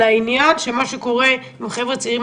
לדבר על מה שקורה עם חבר'ה צעירים,